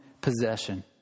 possession